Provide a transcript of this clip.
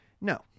No